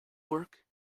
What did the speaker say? work